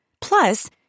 Plus